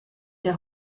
der